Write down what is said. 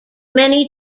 many